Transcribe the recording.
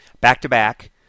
back-to-back